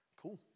Cool